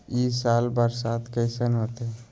ई साल बरसात कैसन होतय?